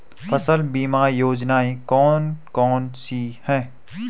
फसल बीमा योजनाएँ कौन कौनसी हैं?